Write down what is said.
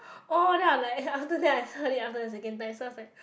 orh then I like after that I heard it after the second time so I was like